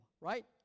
right